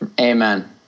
Amen